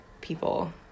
people